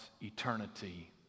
eternity